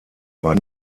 war